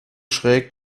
schräg